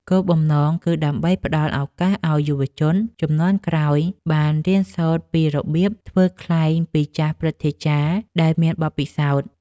គោលបំណងគឺដើម្បីផ្ដល់ឱកាសឱ្យយុវជនជំនាន់ក្រោយបានរៀនសូត្រពីរបៀបធ្វើខ្លែងពីចាស់ព្រឹទ្ធាចារ្យដែលមានបទពិសោធន៍។